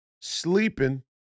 sleeping